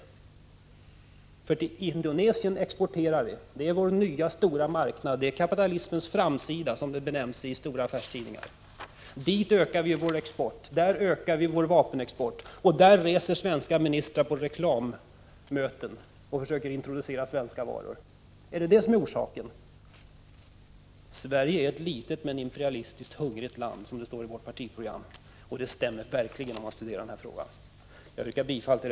Till Indonesien exporterar vi nämligen. Det är vår nya stora marknad; det är kapitalismens framsida, som det står i stora affärstidningar. Dit ökar vi vår export, dit ökar vi vår vapenexport och dit reser svenska ministrar på reklammöten och försöker introducera svenska varor. Är detta orsaken? Sverige är ett litet men imperialistiskt hungrigt land, som det står i vårt partiprogram, och att det stämmer framgår verkligen om man studerar denna fråga. Jag yrkar bifall Prot.